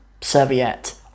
serviette